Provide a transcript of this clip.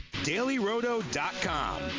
DailyRoto.com